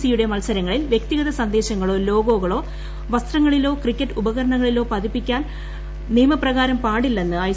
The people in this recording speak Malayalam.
സിയുടെ മത്സരങ്ങളിൽ വ്യക്തിഗത സന്ദേശങ്ങളോ ലോഗോകളോ വസ്ത്രങ്ങളിലോ ക്രിക്കറ്റ് ഉപകരണങ്ങളിലോ പതിപ്പിക്കാൻ നിയമപ്രകാരം പാടില്ലെന്ന് ഐ